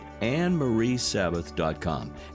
annemariesabbath.com